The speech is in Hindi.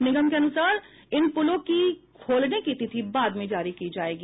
निगम के अनुसार इन पुलों की खोलने की तिथि बाद में जारी की जायेगी